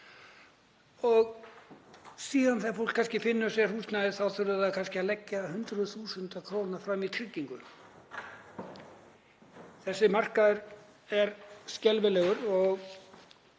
Síðan þegar fólk finnur sér húsnæði þá þarf það kannski að leggja fram hundruð þúsundir króna í tryggingu. Þessi markaður er skelfilegur.